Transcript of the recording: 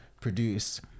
produce